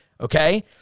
okay